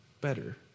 better